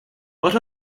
but